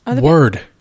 Word